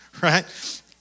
Right